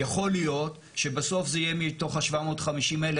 יכול להיות שבסוף זה יהיה מתוך ה-750 האלה